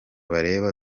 bareba